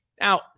Now